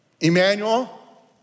Emmanuel